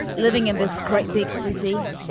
living in this great big city.